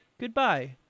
Goodbye